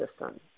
system